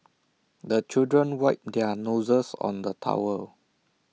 the children wipe their noses on the towel